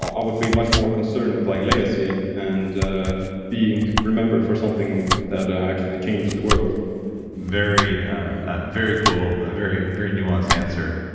i would be much more concerned with like legacy and ah being being remembered for something that actually changed the world very very cool, ah very very nuanced answer.